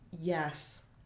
yes